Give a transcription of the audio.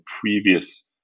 previous